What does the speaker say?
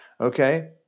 okay